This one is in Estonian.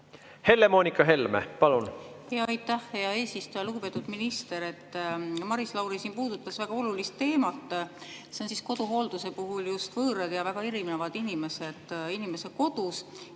Helle-Moonika Helme, palun! Aitäh, hea eesistuja! Lugupeetud minister! Maris Lauri puudutas väga olulist teemat. See on koduhoolduse puhul just võõrad ja väga erinevad inimesed [hooldust